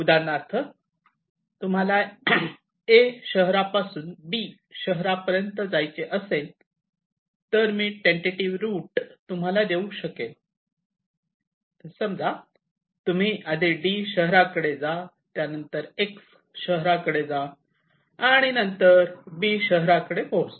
उदाहरणार्थ तुम्हाला 'A' शहरा पासून 'B' शहरा पर्यंत जायचे असेल तर मी टेंटेटिव्ह रुट तुम्हाला देऊ शकेल समजा तुम्ही आधी 'D' शहराकडे जा त्यानंतर 'X' शहराकडे जा आणि नंतर 'B' शहराकडे पोहोचा